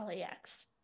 LAX